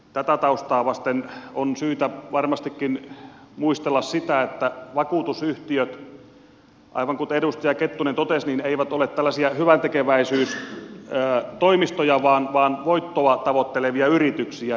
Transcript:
tätä taustaa vasten on syytä varmastikin muistella sitä että vakuutusyhtiöt aivan kuten edustaja kettunen totesi eivät ole hyväntekeväisyystoimistoja vaan voittoja tavoittelevia yrityksiä